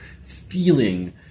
stealing